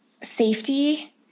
safety